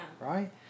right